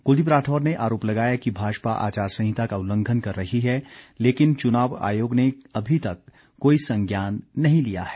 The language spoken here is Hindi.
कुलदीप राठौर ने आरोप लगाया कि भाजपा आचार संहिता का उल्लंघन कर रही है लेकिन चुनाव आयोग ने अभी तक कोई संज्ञान नहीं लिया है